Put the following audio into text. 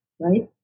right